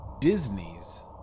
Disney's